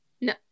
No